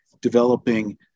developing